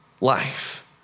life